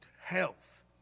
health